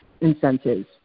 incentives